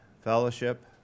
fellowship